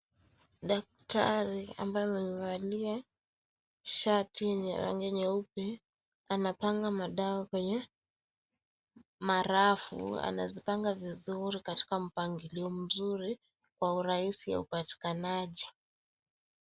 Daktari ambaye amevalia shati ya rangi nyeupe, anapanga madawa kwenye marafu. Anazipanga vizuri katika mipangilio mzuri kwa urahisi wa upatikanaji.